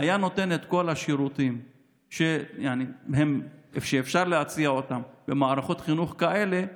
היה נותן את כל השירותים שאפשר להציע במערכות חינוך כאלה,